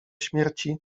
śmierci